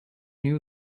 new